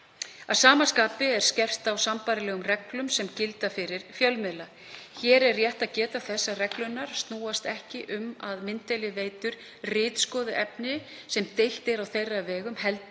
Að sama skapi er skerpt á sambærilegum reglum sem gilda fyrir fjölmiðla. Hér er rétt að geta þess að reglurnar snúast ekki um að mynddeiliveitur ritskoði efni sem deilt er á þeirra vegum heldur